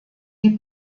die